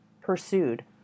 pursued